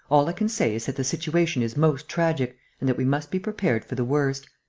all i can say is that the situation is most tragic and that we must be prepared for the worst.